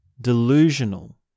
delusional